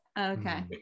Okay